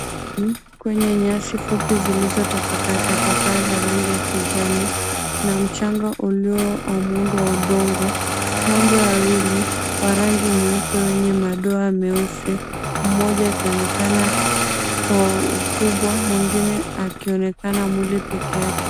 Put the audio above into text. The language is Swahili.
Kwenye nyasi fupi zilizotapakaa tapakaa za rangi ya kijani na mchanga ulio wa muundo wa udongo. Ng'ombe wawili wa rangi nyeupe wenye madoa meusi, mmoja akionekana kwa ukubwa mwingine akionekana mwili peke yake.